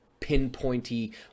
pinpointy